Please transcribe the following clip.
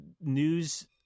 news